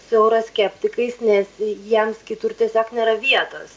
su euroskeptikais nes jiems kitur tiesiog nėra vietos